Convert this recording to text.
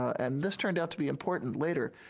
and this turned out to be important later.